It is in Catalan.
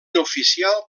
oficial